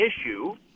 issue –